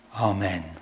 Amen